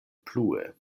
plue